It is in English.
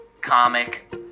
comic